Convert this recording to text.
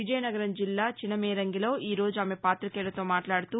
విజయనగరం జిల్లా చిన మేరంగిలో ఈ రోజు ఆమె పాతికేయులతో మాట్లాడుతూ